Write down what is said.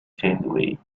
janeway